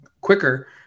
quicker